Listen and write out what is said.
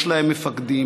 יש להם מפקדים,